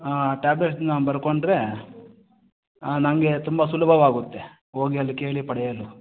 ಹಾಂ ಟ್ಯಾಬ್ಲೆಟ್ಸ್ನ ಬರ್ಕೊಂಡರೆ ನನಗೆ ತುಂಬ ಸುಲಭವಾಗುತ್ತೆ ಹೋಗಿ ಅಲ್ಲಿ ಕೇಳಿ ಪಡೆಯಲು